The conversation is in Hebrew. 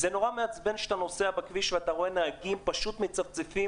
זה נורא מעצבן כשאתה נוסע בכביש ואתה רואה נהגים פשוט מצפצפים.